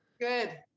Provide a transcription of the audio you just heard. Good